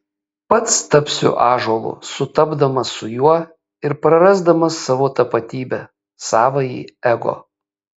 pats tapsiu ąžuolu sutapdamas su juo ir prarasdamas savo tapatybę savąjį ego